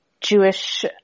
Jewish